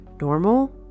normal